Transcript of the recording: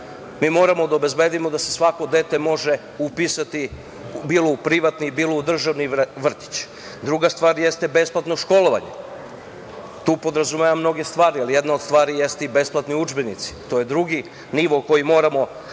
Mi moramo da obezbedimo da se svako dete može upisati bilo u privatni, bilo u državni vrtić. Druga stvar jeste besplatno školovanje. Tu podrazumevamo mnoge stvari, ali jedna od stvari jesu i besplatni udžbenici. To je drugi nivo na koji moramo